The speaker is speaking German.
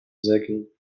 segeln